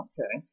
Okay